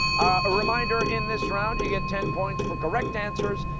a reminder, in this round you get ten points for correct answers,